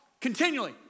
continually